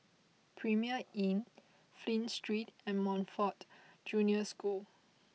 Premier Inn Flint Street and Montfort Junior School